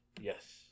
Yes